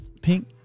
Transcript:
pink